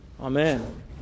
Amen